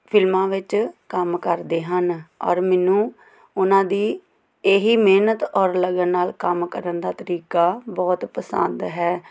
ਫਿਲਮਾਂ ਵਿੱਚ ਕੰਮ ਕਰਦੇ ਹਨ ਔਰ ਮੈਨੂੰ ਉਹਨਾਂ ਦੀ ਇਹ ਹੀ ਮਿਹਨਤ ਔਰ ਲਗਨ ਨਾਲ ਕੰਮ ਕਰਨ ਦਾ ਤਰੀਕਾ ਬਹੁਤ ਪਸੰਦ ਹੈ